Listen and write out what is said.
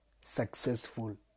successful